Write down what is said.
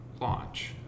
launch